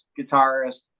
guitarist